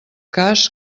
cas